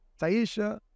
Taisha